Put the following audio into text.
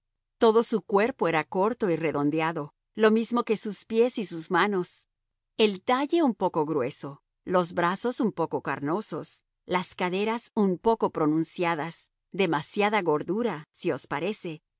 todo su cuerpo era corto y redondeado lo mismo que sus pies y sus manos el talle un poco grueso los brazos un poco carnosos las caderas un poco pronunciadas demasiada gordura si os parece